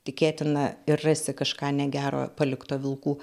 tikėtina ir rasi kažką negero palikto vilkų